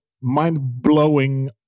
mind-blowing